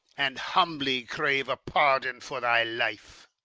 and humbly crave a pardon for thy life.